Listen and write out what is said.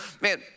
man